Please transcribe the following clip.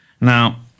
Now